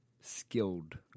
skilled